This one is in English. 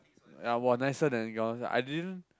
uh were nicer than Counter Strike I didn't